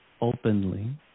openly